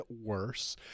worse